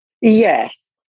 Yes